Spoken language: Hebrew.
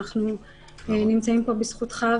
שאנחנו נמצאים פה בזכותו.